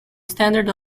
standard